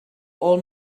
all